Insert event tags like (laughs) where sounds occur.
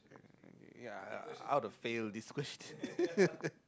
uh yeah I would've failed this question (laughs)